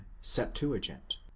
Septuagint